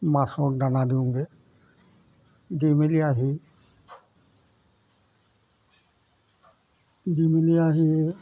মাছক দানা দিওঁগৈ দি মেলি আহি দি মেলি আহি